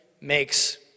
makes